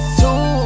two